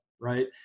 right